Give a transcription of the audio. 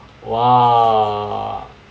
!wah!